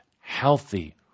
healthy